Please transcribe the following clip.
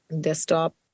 Desktop